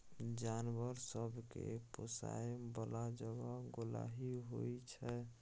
जानबर सब केँ पोसय बला जगह गोहाली होइ छै